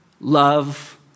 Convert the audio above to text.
love